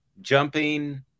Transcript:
jumping